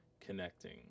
connecting